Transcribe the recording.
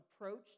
approached